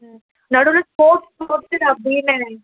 ம் நடுவில் sports sports அப்படின்னு